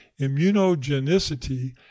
immunogenicity